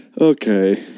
Okay